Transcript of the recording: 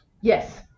Yes